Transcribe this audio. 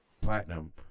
platinum